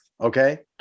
Okay